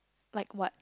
like what